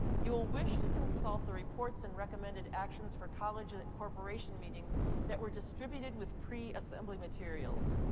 you will wish to consult the reports and recommended actions for college and and corporation meetings that were distributed with pre-assembly materials.